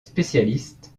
spécialiste